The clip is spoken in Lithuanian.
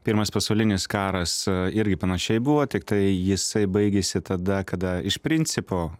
pirmas pasaulinis karas irgi panašiai buvo tiktai jisai baigėsi tada kada iš principo